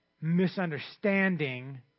misunderstanding